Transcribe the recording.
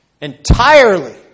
entirely